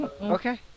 Okay